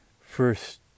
first